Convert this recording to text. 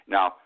Now